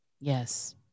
Yes